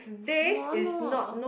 smaller